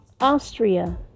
Austria